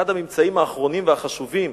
אחד הממצאים החשובים האחרונים,